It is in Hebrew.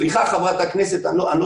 סליחה שאני קצת מתמקדת.